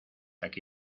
aquí